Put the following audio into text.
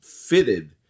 fitted